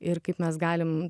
ir kaip mes galim